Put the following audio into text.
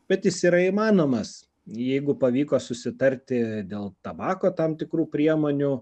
bet jis yra įmanomas jeigu pavyko susitarti dėl tabako tam tikrų priemonių